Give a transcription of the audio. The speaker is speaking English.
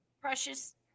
precious